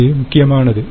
இது முக்கியமானது